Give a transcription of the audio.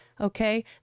okay